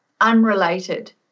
unrelated